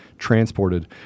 transported